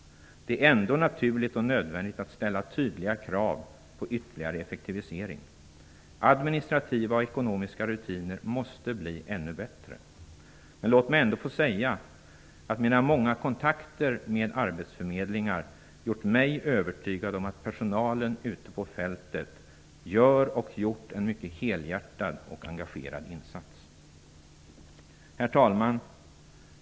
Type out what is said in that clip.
Det är ändå naturligt och nödvändigt att ställa tydliga krav på ytterligare effektivisering. Administrativa och ekonomiska rutiner måste bli ännu bättre. Låt mig ändå få säga att mina många kontakter med arbetsförmedlingar gjort mig övertygad om att personalen ute på fältet har gjort och gör en mycket helhjärtad och engagerad insats. Herr talman!